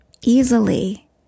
easily